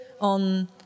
on